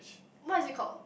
what is it called